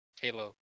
Halo